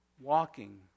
walking